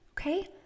okay